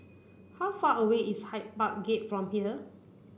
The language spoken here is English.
how far away is Hyde Park Gate from here